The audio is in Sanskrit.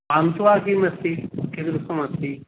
अन्तः तु किम् अस्ति कीदृशमस्ति